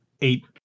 eight